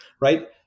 right